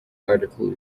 article